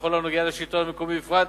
ובכל הנוגע לשלטון המקומי בפרט,